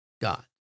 God